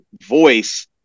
voice